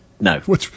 No